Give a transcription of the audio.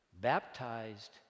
baptized